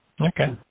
Okay